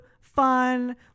fun